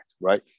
right